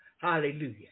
Hallelujah